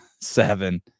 Seven